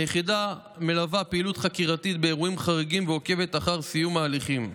היחידה מלווה פעילות חקירתית באירועים חריגים ועוקבת אחר סיום ההליכים.